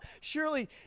surely